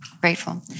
grateful